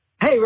Hey